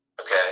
okay